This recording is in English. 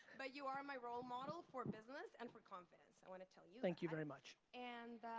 but you are my role model for business and for confidence, i want to tell you. thank you very much. and,